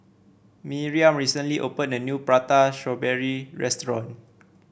Miriam recently open a new Prata Strawberry restaurant